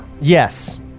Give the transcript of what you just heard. yes